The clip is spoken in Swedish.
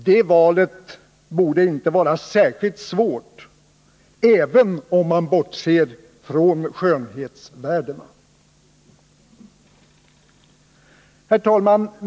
Det valet borde inte vara särskilt svårt, även om man bortser från skönhetsvärdena. Herr talman!